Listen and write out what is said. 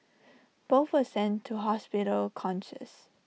both were sent to hospital conscious